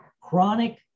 chronic